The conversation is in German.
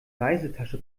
reisetasche